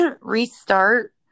restart